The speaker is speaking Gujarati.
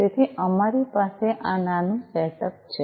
તેથી આ અમારી પાસે આ નાનું સેટઅપ છે